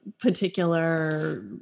particular